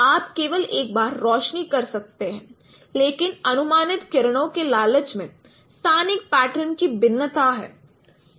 आप केवल एक बार रोशनी कर सकते हैं लेकिन अनुमानित किरणों के लालच में स्थानिक पैटर्न की भिन्नता है